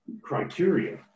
criteria